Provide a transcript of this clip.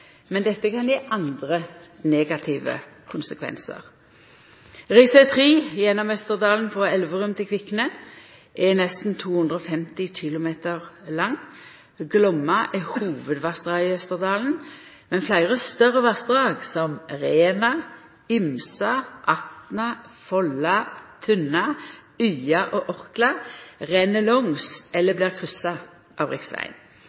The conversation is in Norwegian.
men dette kan gje andre negative konsekvensar. Riksveg 3 gjennom Østerdalen, frå Elverum til Kvikne, er nesten 250 km lang. Glomma er hovudvassdraget i Østerdalen, men fleire større vassdrag som Rena, Imsa, Atna, Folla, Tunna, Ya og Orkla renn langs eller blir kryssa av riksvegen.